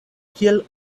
kiel